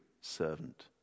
servant